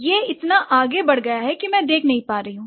यह इतना आगे बढ़ गया है कि मैं देख नहीं पा रही हूं